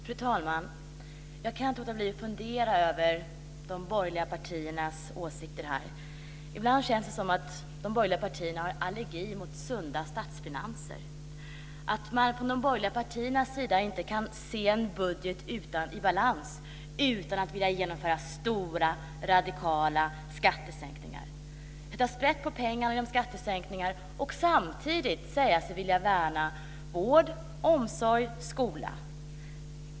Fru talman! Jag kan inte låta bli att fundera över de borgerliga partiernas åsikter. Ibland känns det som att de borgerliga partierna har allergi mot sunda statsfinanser och att man från de borgerliga partiernas sida inte kan se en budget i balans utan att vilja genomföra stora radikala skattesänkningar. De vill sätta sprätt på pengarna genom skattesänkningar. Samtidigt säger de sig vilja värna vård, omsorg och skola.